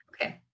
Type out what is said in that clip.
okay